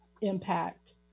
impact